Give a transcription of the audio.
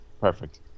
Perfect